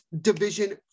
Division